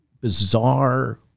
bizarre